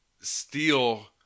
steal